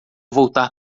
voltar